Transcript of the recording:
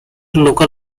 local